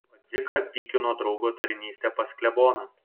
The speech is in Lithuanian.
o dziką pykino draugo tarnystė pas kleboną